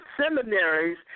seminaries